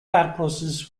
platypuses